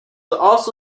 also